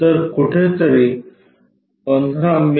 तर कुठेतरी 15 मि